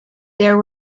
there